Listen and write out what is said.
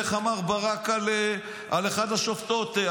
איך אמר ברק על אחת השופטות,